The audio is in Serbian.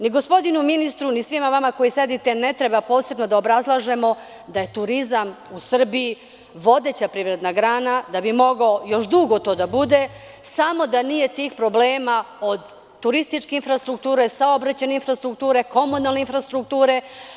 Ni gospodinu ministru, ni svima vama koji sedite ne treba posebno da obrazlažemo da je turizam u Srbiji vodeća privredna grana, da bi mogao još dugo to da bude, samo da nije tih problema od turističke infrastrukture, saobraćajne infrastrukture, komunalne infrastrukture.